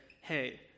hey